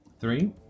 Three